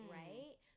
right